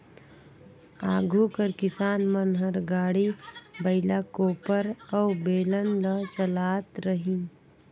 आघु कर किसान मन हर गाड़ी, बइला, कोपर अउ बेलन ल चलात रहिन